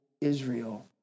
Israel